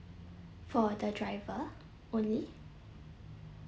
for the driver only